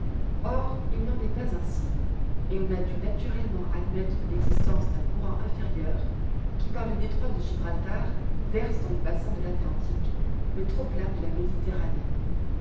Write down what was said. or il n'en est pas ainsi et on a dû naturellement admettre l'existence d'un courant inférieur qui par le détroit de gibraltar verse dans le bassin de l'atlantique le trop-plein de la méditerranée